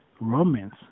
Romans